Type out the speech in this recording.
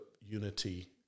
unity